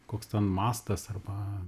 koks ten mastas arba